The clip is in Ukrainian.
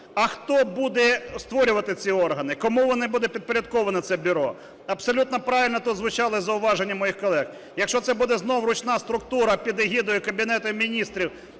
А хто буде створювати ці органи? Кому воно буде підпорядковане це бюро? Абсолютно правильно тут звучали зауваження моїх колег, якщо це буде знов ручна структура під егідою Кабінету Міністрів,